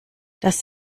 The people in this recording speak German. das